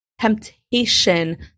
temptation